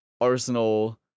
Arsenal